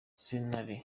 sentare